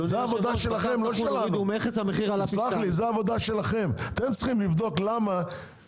זו העבודה שלכם, לא שלנו, אתם צריכים לבדוק למה.